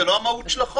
זו לא המהות של החוק.